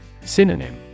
Synonym